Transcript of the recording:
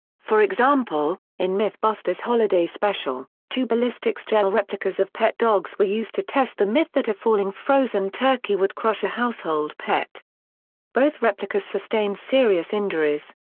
for example, in mythbusters holiday special, two ballistics gel replicas of pet dogs were used to test the myth that a falling frozen turkey would crush a household pet both replicas sustained serious injuries,